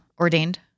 ordained